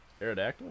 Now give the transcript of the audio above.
Aerodactyl